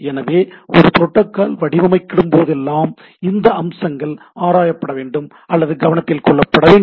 எனவே ஒரு புரோட்டோகால் வடிவமைக்கப்படும் போதெல்லாம் இந்த அம்சங்கள் ஆராயப்பட வேண்டும் அல்லது கவனத்தில் கொள்ளப்பட வேண்டும்